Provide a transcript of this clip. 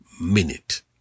minute